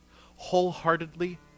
wholeheartedly